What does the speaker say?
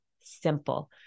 simple